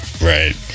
Right